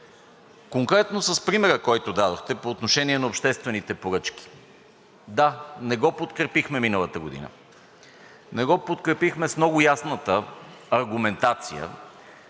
Конкретно с примера, който дадохте по отношение на обществените поръчки. Да, не го подкрепихме миналата година. Не го подкрепихме с много ясната аргументация,